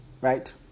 Right